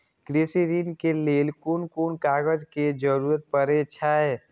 कृषि ऋण के लेल कोन कोन कागज के जरुरत परे छै?